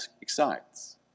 excites